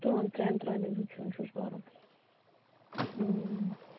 دۄن ترٛیٚن ترامٮ۪ن سُمب چھُس بَرُن